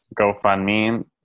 GoFundMe